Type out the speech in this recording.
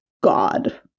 god